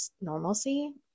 normalcy